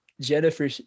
Jennifer